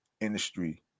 industry